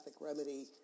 remedy